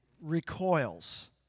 recoils